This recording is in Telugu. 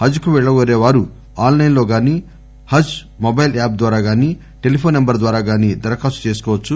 హజ్ కు పెళ్లగోరే వారు ఆస్ లైస్ లోగాని హజ్ మొబైల్ యాప్ ద్వారా గాని టెలిఫోన్ సెంబర్ ద్వారా గాని ధరఖాస్తు చేసుకోవచ్చు